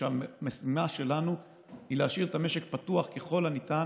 והמשימה שלנו היא להשאיר את המשק פתוח ככל הניתן,